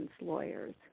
lawyers